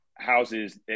houses